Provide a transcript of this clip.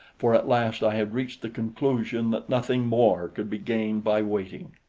for at last i had reached the conclusion that nothing more could be gained by waiting.